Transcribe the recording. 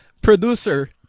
Producer